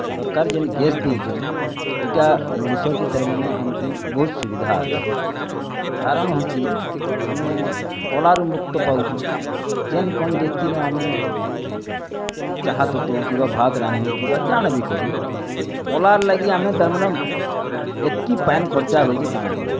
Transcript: ସରକାର ଜେନ୍ତି ଗ୍ୟାସ୍ ଦେଇଛନ୍ ଇଟା ମଣିଷର୍ କେ ତାର୍ ମାନେ ଆମକୁ ବହୁତ୍ ସୁବିଧା ଅଛି କାରଣ ହେଉଛି ଆମେ କଲାରୁ ମୁକ୍ତ ପାଉଛୁଁ ଜେନ୍ କ'ଣ ଦେକଚିନ ଆମେ ଚାହାତ ତୋଉକିବା ଭାତ୍ ରାନ୍ଧୁଙ୍କିବା ଯାହାଣ କରୁ କଲାର୍ ଲାଗି ଆମେ ତାର୍ ମାନେ ଏତକି ପାନ୍ ଖର୍ଚ୍ଚା ହୁଏ ଯେ କାଣା କହିବ